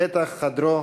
בפתח חדרו